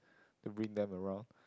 to bring them around